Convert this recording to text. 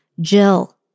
Jill